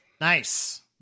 Nice